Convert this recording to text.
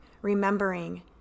remembering